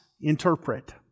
interpret